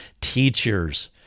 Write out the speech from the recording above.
teachers